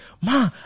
Ma